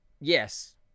Yes